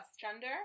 gender